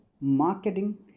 marketing